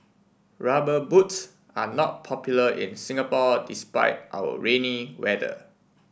rubber boots are not popular in Singapore despite our rainy weather